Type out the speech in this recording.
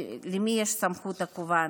למי יש את סמכות הקובעת.